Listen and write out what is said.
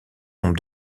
nombre